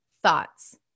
thoughts